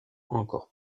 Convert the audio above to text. encore